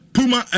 Puma